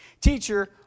Teacher